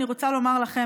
אני רוצה לומר לכם,